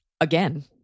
again